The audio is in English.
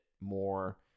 more